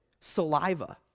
saliva